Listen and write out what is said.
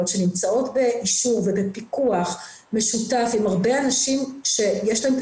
שנמצאות באישור ובפיקוח משותף עם הרבה אנשים שיש להם את